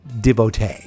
devotee